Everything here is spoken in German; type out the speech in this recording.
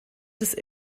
des